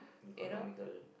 economical